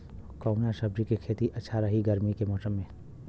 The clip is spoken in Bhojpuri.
कवना सब्जी के खेती अच्छा रही गर्मी के मौसम में?